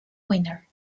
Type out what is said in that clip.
winner